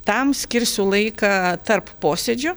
tam skirsiu laiką tarp posėdžių